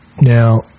Now